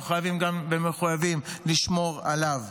אנחנו חייבים ומחויבים לשמור עליו.